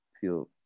feel